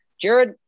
Jared